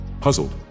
Puzzled